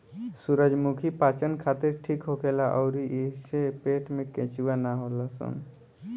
सूरजमुखी पाचन खातिर ठीक होखेला अउरी एइसे पेट में केचुआ ना होलन सन